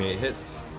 hits.